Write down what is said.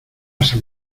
san